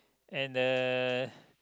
and a